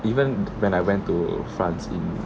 even when I went to france in